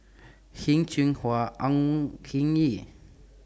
Heng Cheng Hwa on King Yee